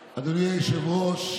גיבורים".